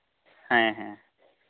ᱦᱮᱸᱦᱮᱸ